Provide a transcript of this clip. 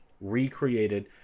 recreated